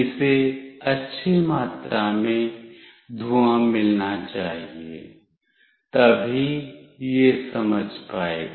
इसे अच्छी मात्रा में धुआं मिलना चाहिए तभी यह समझ पाएगा